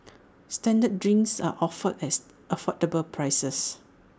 standard drinks are offered at affordable prices